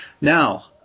now